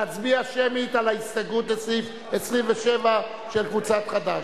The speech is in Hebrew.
להצביע שמית על ההסתייגות לסעיף 27 של קבוצת חד"ש.